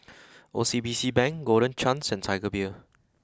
O C B C Bank Golden Chance and Tiger Beer